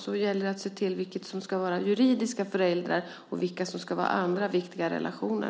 Så gäller det att se till vilka som ska vara juridiska föräldrar och vilka som ska vara andra viktiga relationer.